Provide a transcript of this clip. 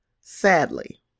sadly